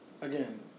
Again